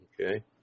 okay